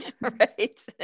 Right